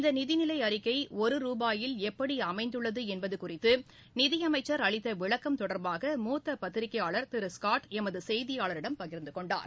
இந்த நிதிநிலை அறிக்கை ஒரு ரூபாயில் எப்படி அமைந்துள்ளது என்பது குறித்து நிதி அமைச்சர் அளித்த விளக்கம் தொடர்பாக மூத்த பத்திரிகையாளர் திரு ஸகாட் எமது செய்தியாளரிடம் பகிர்ந்து கொண்டார்